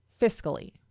fiscally